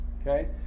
Okay